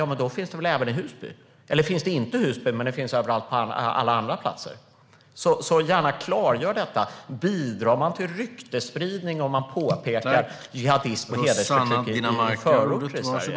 Ja, men då finns det väl även i Husby? Eller finns det inte i Husby men på alla andra platser? Klargör gärna detta! Bidrar man till ryktesspridning om man pekar på jihadism och hedersförtryck i förorter i Sverige?